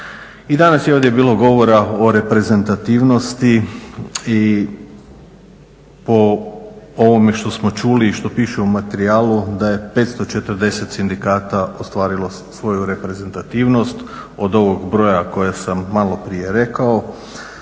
I danas je ovdje bilo govora o reprezentativnosti i po ovome što smo čuli i što piše u materijalu da je 540 sindikata ostvarilo svoju reprezentativnost od ovog broja koje sam maloprije rekao,